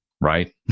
right